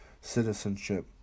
citizenship